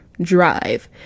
drive